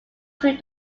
through